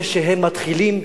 זה שהם מתחילים,